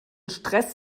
stress